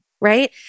Right